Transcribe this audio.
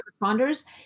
responders